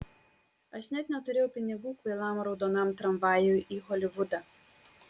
aš net neturėjau pinigų kvailam raudonam tramvajui į holivudą